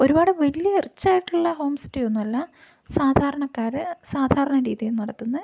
ഒരുപാട് വലിയ റിച്ച് ആയിട്ടുള്ള ഹോം സ്റ്റേ ഒന്നുമല്ല സാധാറണക്കാർ സാധാരണ രീതിയിൽ നടത്തുന്നത്